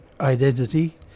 identity